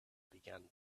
began